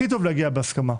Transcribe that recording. הכי טוב להגיע בהסכמה,